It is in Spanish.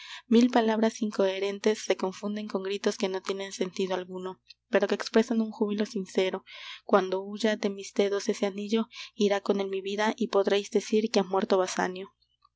mil palabras incoherentes se confunden con gritos que no tienen sentido alguno pero que expresan un júbilo sincero cuando huya de mis dedos ese anillo irá con él mi vida y podreis decir que ha muerto